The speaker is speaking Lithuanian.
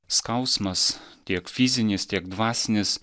skausmas tiek fizinis tiek dvasinis